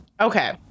Okay